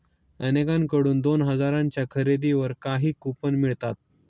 अनेकांकडून दोन हजारांच्या खरेदीवर काही कूपन मिळतात